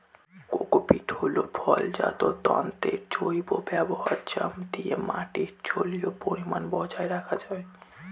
cocopeat হল ফলজাত তন্তুর জৈব ব্যবহার যা দিয়ে মাটির জলীয় পরিমান বজায় রাখা যায়